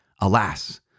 Alas